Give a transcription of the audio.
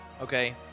Okay